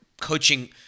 coaching